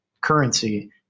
currency